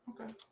Okay